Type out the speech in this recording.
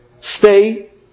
stay